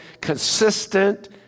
consistent